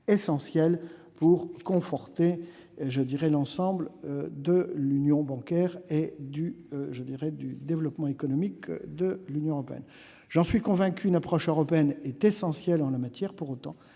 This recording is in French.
essentiel pour conforter l'ensemble de l'union bancaire et le développement de l'Union européenne. J'en suis convaincu : une approche européenne est essentielle en la matière. Pour autant,